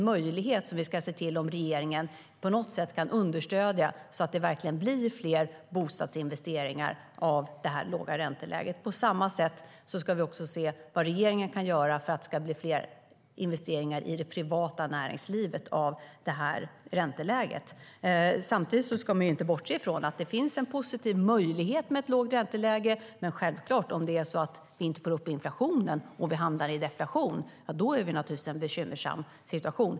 Regeringen ska se till att man på något sätt kan understödja detta så att det verkligen blir fler bostadsinvesteringar till följd av det låga ränteläget. På samma sätt ska vi också se vad regeringen kan göra för att det ska bli fler investeringar i det privata näringslivet. Samtidigt ska man inte bortse ifrån att det finns en positiv möjlighet med ett lågt ränteläge. Men om vi inte får upp inflationen och vi hamnar i deflation, då är vi naturligtvis i en bekymmersam situation.